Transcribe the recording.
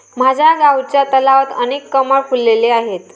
माझ्या गावच्या तलावात अनेक कमळ फुलले आहेत